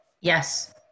Yes